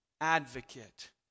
advocate